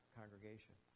congregation